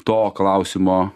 to klausimo